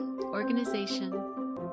organization